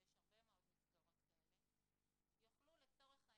ויש הרבה מאוד מסגרות כאלה, יוכלו, לצורך העניין,